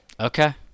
Okay